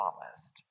promised